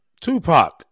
Tupac